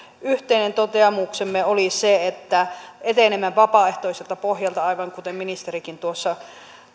yhteinen toteamuksemme oli se että etenemme vapaaehtoiselta pohjalta aivan kuten ministerikin tuossa